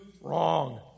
wrong